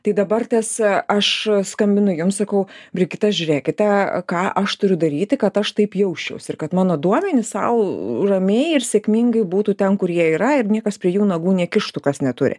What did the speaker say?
tai dabartės aš skambinu jums sakau brigita žiūrėkite ką aš turiu daryti kad aš taip jausčiaus ir kad mano duomenys sau ramiai ir sėkmingai būtų ten kur jie yra ir niekas prie jų nagų nekištų kas neturi